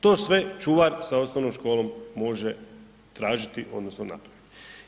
To sve čuvar sa osnovnom školom može tražiti odnosno napraviti.